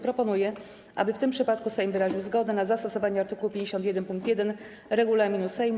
Proponuję, aby w tym przypadku Sejm wyraził zgodę na zastosowanie art. 51 pkt 1 regulaminu Sejmu.